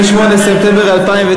תלך עד הסוף, יוני.